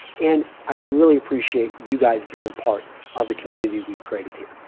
and i really appreciate you guys being a part of the community we've created here.